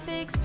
Fix